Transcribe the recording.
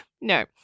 No